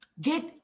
Get